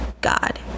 God